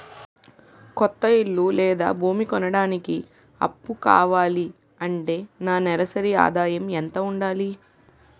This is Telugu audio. కొత్త ఇల్లు లేదా భూమి కొనడానికి అప్పు కావాలి అంటే నా నెలసరి ఆదాయం ఎంత ఉండాలి?